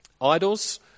Idols